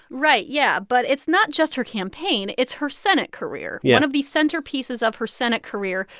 right. yeah. but it's not just her campaign. it's her senate career yeah one of the centerpieces of her senate career,